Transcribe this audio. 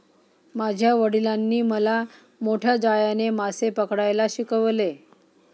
माझ्या वडिलांनी मला मोठ्या जाळ्याने मासे पकडायला शिकवले